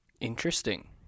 interesting